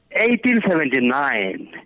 1879